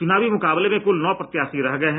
चुनावी मुकाबले में कुल नौ प्रत्याशी रह गये हैं